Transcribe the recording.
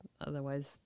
otherwise